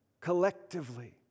collectively